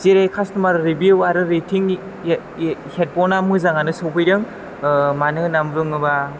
जेरै customer review आरो रेथिंनि हेदफना मोजाङानो सफैदों मानो होन्नानै बुङोबा